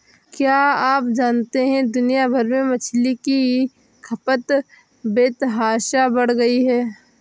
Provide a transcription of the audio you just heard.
क्या आप जानते है दुनिया भर में मछली की खपत बेतहाशा बढ़ गयी है?